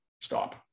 stop